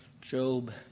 Job